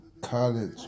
college